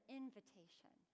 invitation